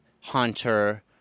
Hunter